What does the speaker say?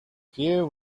few